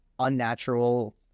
unnatural